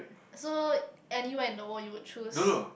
so anywhere in the world you would choose